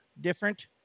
different